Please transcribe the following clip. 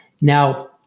Now